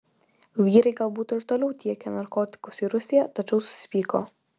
vyrai gal būtų ir toliau tiekę narkotikus į rusiją tačiau susipyko